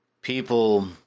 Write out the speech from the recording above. people